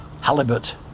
halibut